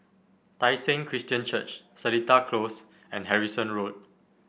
Tai Seng Christian Church Seletar Close and Harrison Road